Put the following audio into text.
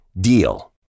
DEAL